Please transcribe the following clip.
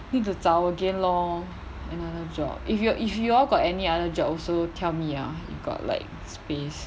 need to 找 again lor another job if you if you all got any other job also tell me ah if got like space